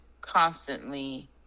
constantly